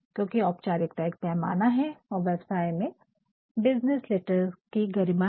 क्योकि औपचारिकता एक पैमाना है और व्यवसाय में बिज़नेस लेटर्स की गरिमा है